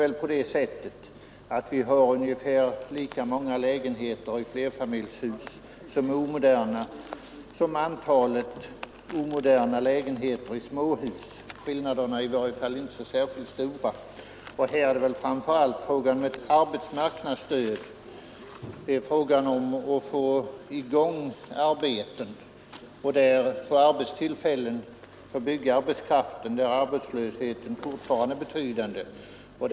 I själva verket är väl antalet omoderna lägenheter i flerfamiljshus ungefär lika stort som antalet omoderna lägenheter i småhus — skillnaden är i varje fall inte särskilt stor. Här är det framför allt fråga om ett arbetsmarknadsstöd. Det gäller att få i gång arbeten och därmed skapa arbetstillfällen för byggarbetskraften, som fortfarande dras med en betydande arbetslöshet.